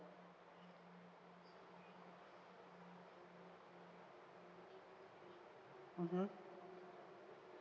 mmhmm